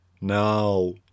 now